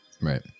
Right